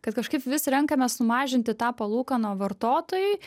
kad kažkaip vis renkamės sumažinti tą palūkaną vartotojui